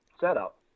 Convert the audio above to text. setup